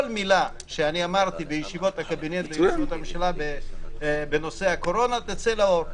מילה שאני אמרתי בישיבות הקבינט בישיבות הממשלה בנושא הקורונה תצא לאור.